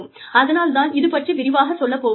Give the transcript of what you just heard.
அதனால் நான் இது பற்றி விரிவாகச் சொல்லப் போவதில்லை